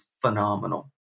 phenomenal